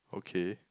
okay